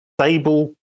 stable